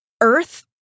Earth